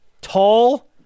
tall